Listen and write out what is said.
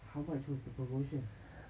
how much was the promotion